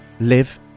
live